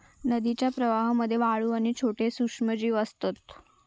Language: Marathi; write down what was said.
नदीच्या प्रवाहामध्ये वाळू आणि छोटे सूक्ष्मजीव असतत